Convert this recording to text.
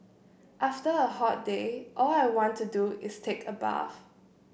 after a hot day all I want to do is take a bath